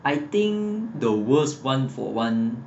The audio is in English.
I think the worst one for one